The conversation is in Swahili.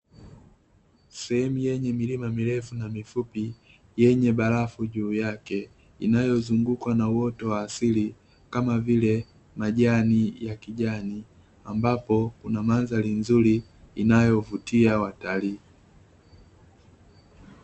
Sehemu yenye milima mirefu na mifupi yenye barafu juu yake, inayozungukwa na uoto wa asili kama vile majani ya kijani, ambapo kuna mandhari nzuri inayovutia watalii.